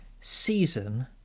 season